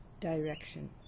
Direction